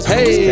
Hey